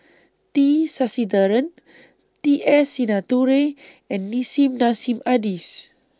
T Sasitharan T S Sinnathuray and Nissim Nassim Adis